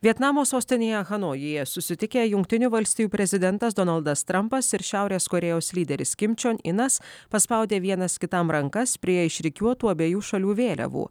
vietnamo sostinėje hanojuje susitikę jungtinių valstijų prezidentas donaldas trampas ir šiaurės korėjos lyderis kim čion inas paspaudė vienas kitam rankas prie išrikiuotų abiejų šalių vėliavų